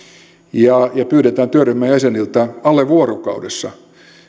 ja pyydetään työryhmän jäseniltä alle vuorokaudessa